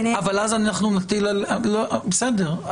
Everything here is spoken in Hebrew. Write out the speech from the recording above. ביניהם --- בסדר.